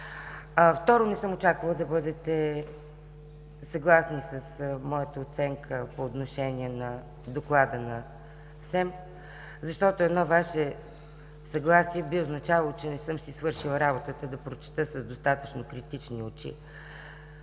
Второ, не съм очаквала да бъдете съгласни с моята оценка по отношение на Доклада на СЕМ, защото едно Ваше съгласие би означавало, че не съм си свършила работата – да прочета с достатъчно критични очи